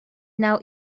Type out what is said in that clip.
now